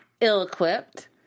Ill-equipped